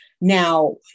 Now